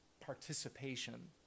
participation